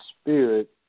spirit